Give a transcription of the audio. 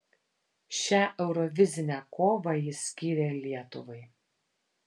šią eurovizinę kovą jis skyrė lietuvai